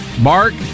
mark